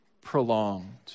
prolonged